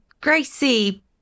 Gracie